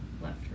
left